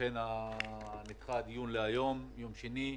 ולכן נדחה הדיון להיום, יום שני.